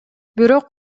бирок